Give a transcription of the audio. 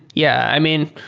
yeah. i mean,